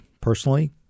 personally